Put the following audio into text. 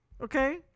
Okay